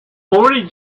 already